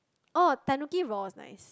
oh Tanuki Raw is nice